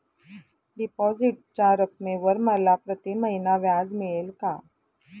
डिपॉझिटच्या रकमेवर मला प्रतिमहिना व्याज मिळेल का?